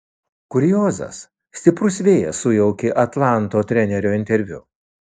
kuriozas stiprus vėjas sujaukė atlanto trenerio interviu